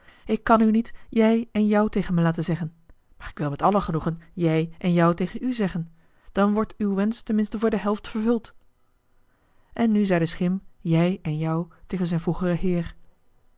ik kan u niet jij en jou tegen mij laten zeggen maar ik wil met alle genoegen jij en jou tegen u zeggen dan wordt uw wensch ten minste voor de helft vervuld en nu zei de schim jij en jou tegen zijn vroegeren heer